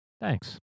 Thanks